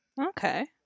Okay